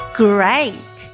great